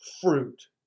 fruit